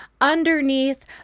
underneath